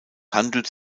handelte